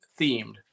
themed